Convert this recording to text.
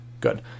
good